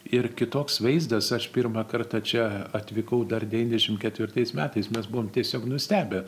ir kitoks vaizdas aš pirmą kartą čia atvykau dar devyniasdešimt ketvirtais metais mes buvom tiesiog nustebę